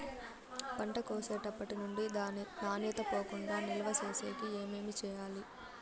పంట కోసేటప్పటినుండి దాని నాణ్యత పోకుండా నిలువ సేసేకి ఏమేమి చేయాలి?